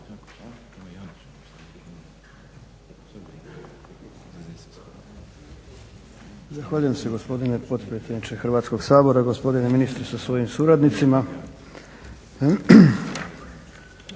Zahvaljujem se potpredsjedniče Hrvatskog sabora, gospodine ministre sa svojim suradnicima.